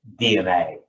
DNA